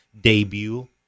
debut